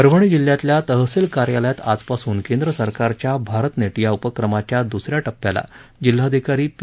परभणी जिल्यातल्या तहसिल कार्यालयात आजपासून केंद्र सरकारच्या भारतनेट या उपक्रमाच्या द्रसऱ्या टप्याला जिल्हाधिकारी पी